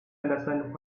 understand